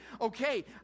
okay